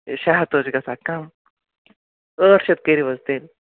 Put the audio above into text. ہے شےٚ ہَتھ حض چھُِ گَژھان کَم ٲٹھ شٮتھ کٔرِو حظ تیٚلہِ